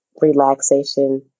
relaxation